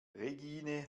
regine